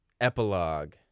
epilogue